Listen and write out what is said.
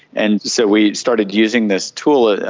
and so we started using this tool,